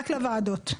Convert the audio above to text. רק לוועדות.